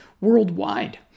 worldwide